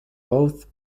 both